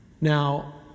Now